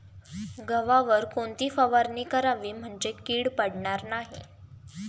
गव्हावर कोणती फवारणी करावी म्हणजे कीड पडणार नाही?